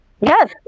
Yes